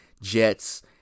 Jets